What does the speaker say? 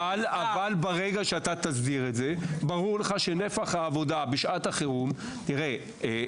אבל ברגע שאתה תסדיר את זה ברור לך שנפח העבודה בשעת חירום באלקטיבי